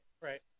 Right